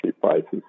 prices